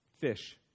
fish